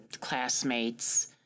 classmates